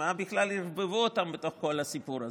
מה בכלל ערבבו אותם בתוך כל הסיפור הזה?